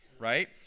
right